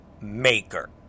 maker